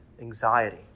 anxiety